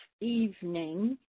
evening